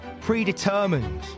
predetermined